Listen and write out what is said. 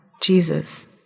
Jesus